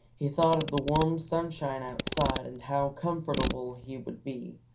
he thought of the warm sunshine outside and how comfortable he would be,